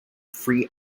free